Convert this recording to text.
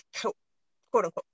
quote-unquote